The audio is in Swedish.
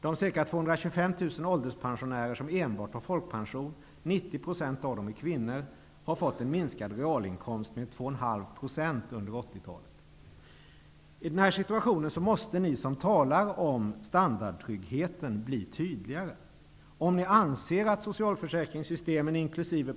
De ca 225 000 ålderspensionärer som enbart har folkpension -- 90 % av dem är kvinnor -- har fått en minskad realinkomst med I denna situation måste ni som talar om standardtryggheten bli tydligare: om ni anser att socialförsäkringssystemen inkl.